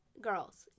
girls